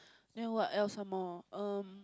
now what else some more um